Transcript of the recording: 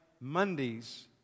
Mondays